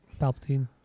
Palpatine